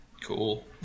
Cool